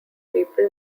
people